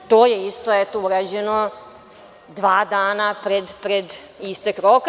To je isto, eto urađeno dva dana pred istek roka.